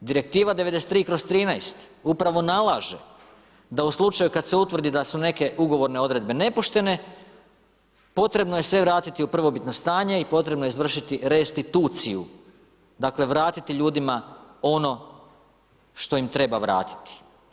Direktiva 93/13 upravo nalaže da u slučaju kad se utvrdi da su neke ugovorne odredbe nepoštene potrebno je sve vratiti u prvobitno stanje i potrebno je izvršiti restituciju dakle, vratiti ljudima ono što im treba vratiti.